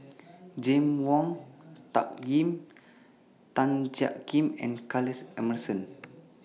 James Wong Tuck Yim Tan Jiak Kim and Charles Emmerson